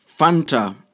Fanta